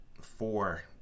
Four